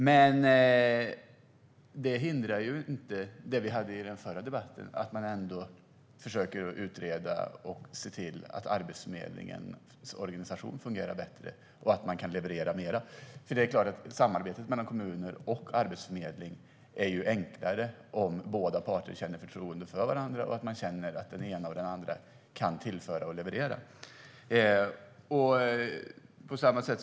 Men det hindrar inte det som vi talade om i den förra debatten, nämligen att man ändå försöker utreda och se till att Arbetsförmedlingens organisation fungerar bättre och att man kan leverera mer. Det är klart att samarbetet mellan kommuner och Arbetsförmedlingen är enklare om båda parter känner förtroende för varandra och känner att den ena och den andra kan tillföra något och leverera.